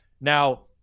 Now